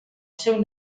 seu